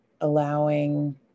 allowing